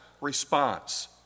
response